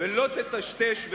ולא תטשטש,